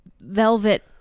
velvet